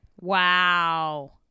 Wow